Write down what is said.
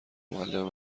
معلم